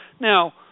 Now